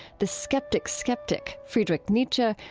the skeptics' skeptic, friedrich nietzsche,